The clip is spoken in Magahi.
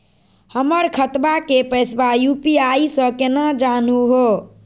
हमर खतवा के पैसवा यू.पी.आई स केना जानहु हो?